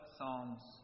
Psalms